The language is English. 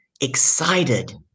excited